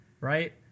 right